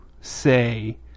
say